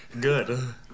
Good